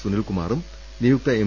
സുനിൽകുമാറും നിയുക്ത എം